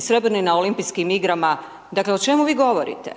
srebrni na olimpijskim igrama, dakle o čemu vi govorite,